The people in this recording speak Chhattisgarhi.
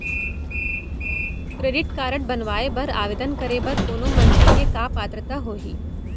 क्रेडिट कारड बनवाए बर आवेदन करे बर कोनो मनखे के का पात्रता होही?